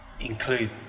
include